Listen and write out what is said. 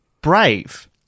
Brave